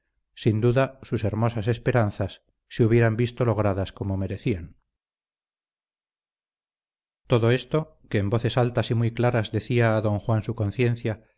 sin duda sus hermosas esperanzas se hubieran visto logradas como merecían todo esto que en voces altas y muy claras decía a don juan su conciencia